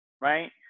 right